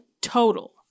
total